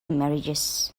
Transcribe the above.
marriages